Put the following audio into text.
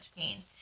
pain